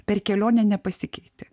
per kelionę nepasikeiti